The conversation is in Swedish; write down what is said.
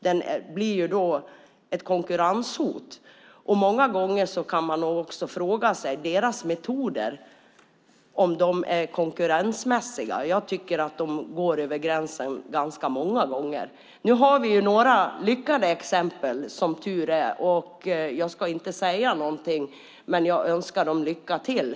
Den blir då ett konkurrenshot, och många gånger kan man också fråga sig om metoderna är konkurrensmässiga. Jag tycker att det går över gränsen ganska många gånger. Nu har vi några lyckade exempel som tur är. Jag ska inte säga vilka det är, men jag önskar dem lycka till.